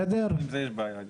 אגב, גם עם זה יש בעיה.